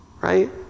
Right